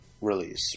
Release